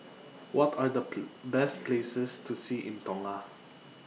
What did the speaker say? What Are The Best Places to See in Tonga